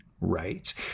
right